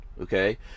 Okay